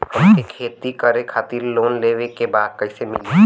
हमके खेती करे खातिर लोन लेवे के बा कइसे मिली?